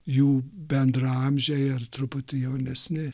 jų bendraamžiai ar truputį jaunesni